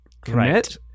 commit